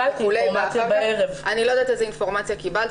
אני לא יודעת איזו אינפורמציה קיבלת,